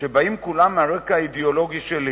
שכולם באים מהרקע האידיאולוגי שלי,